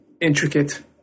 intricate –